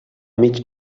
mig